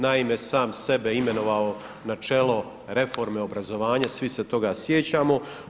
Naime, sam sebe imenovao na čelo reforme obrazovanja, svi se toga sjećamo.